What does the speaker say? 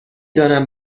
دانم